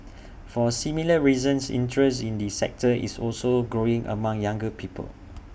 for similar reasons interest in the sector is also growing among younger people